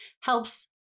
helps